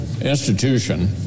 institution